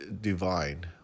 divine